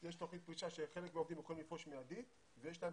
לא,